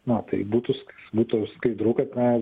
na tai butusk būtų sakai kaip draug kad na